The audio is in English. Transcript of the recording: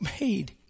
made